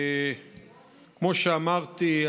כמו שאמרתי,